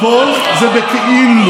הכול זה בכאילו.